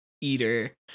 eater